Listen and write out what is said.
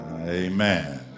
Amen